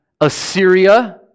Assyria